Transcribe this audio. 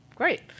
Great